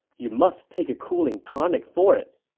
you must take a cooling tonic for it.